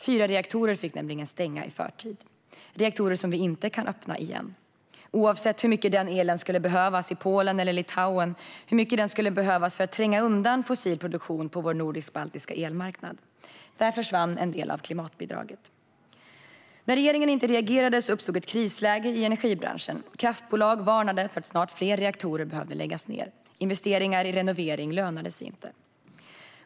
Fyra reaktorer fick nämligen stänga i förtid - reaktorer som vi inte kan öppna igen, oavsett hur mycket den elen skulle behövas i Polen eller Litauen eller för att tränga undan fossil produktion på vår nordisk-baltiska elmarknad. Där försvann en del av klimatbidraget. När regeringen inte reagerade uppstod ett krisläge i energibranschen. Kraftbolag varnade för att fler reaktorer snart behövde läggas ned. Investeringar i renovering lönade sig inte.